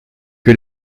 que